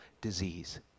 disease